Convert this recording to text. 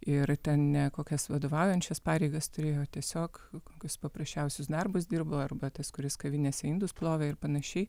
ir ten ne kokias vadovaujančias pareigas turėjo tiesiog kokius paprasčiausius darbus dirbo arba tas kuris kavinėse indus plovė ir panašiai